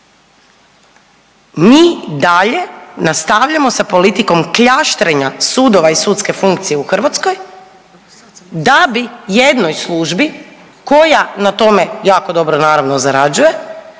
mi dalje nastavljamo sa politikom kljaštrenja sudova i sudske funkcije u Hrvatskoj da bi jednoj službi koja na tome jako dobro naravno zarađuje